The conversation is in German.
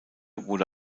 wurde